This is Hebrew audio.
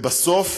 ובסוף,